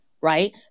right